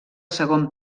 segon